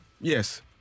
Yes